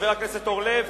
חבר הכנסת אורלב,